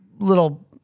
Little